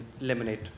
eliminate